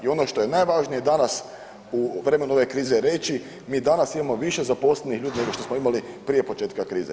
I ono što je najvažnije danas u vremenu ove krize reći, mi danas imamo više zaposlenih ljudi nego što smo imali prije početka krize.